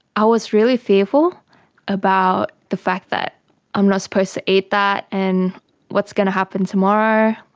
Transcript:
i was really fearful about the fact that i'm not supposed to eat that and what's going to happen tomorrow,